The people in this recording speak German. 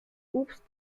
obst